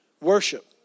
worship